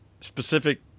specific